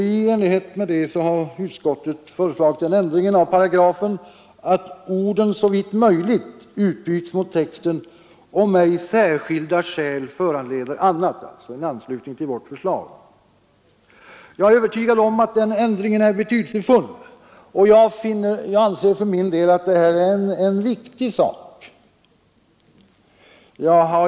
I enlighet härmed föreslår utskottet den ändringen av paragrafen att orden ”såvitt möjligt” utbyts mot ”om ej särskilda skäl föranleder annat” — alltså en anslutning till vårt förslag. Jag är övertygad om att den ändringen är betydelsefull, och jag anser för min del att detta är en viktig sak.